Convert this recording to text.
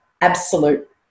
absolute